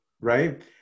right